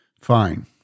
Fine